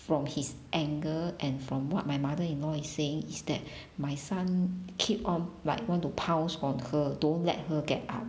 from his angle and from what my mother-in-law is saying is that my son keep on like want to pounce on her don't let her get up